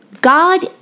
God